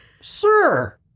Sir